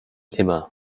immer